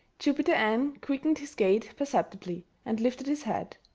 jupiter ann quickened his gait perceptibly, and lifted his head.